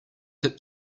hip